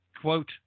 quote